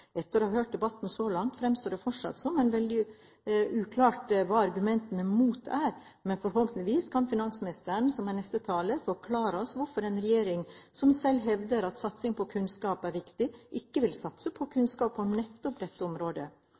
Etter å ha hørt debatten så langt fremstår det fortsatt som veldig uklart hva argumentene mot er, men forhåpentligvis kan finansministeren, som er neste taler, forklare oss hvorfor en regjering som selv hevder at satsing på kunnskap er viktig, ikke vil satse på kunnskap på nettopp dette området.